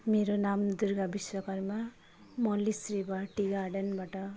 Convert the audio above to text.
मेरो नाम दुर्गा विश्वाकर्मा म लिस रिभर टी गार्डनबाट